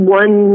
one